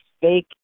fake